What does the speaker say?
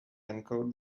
encode